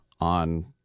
on